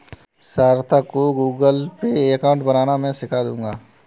सार्थक को Google Pay account बनाना मैं सीखा दूंगा